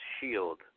shield